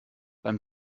beim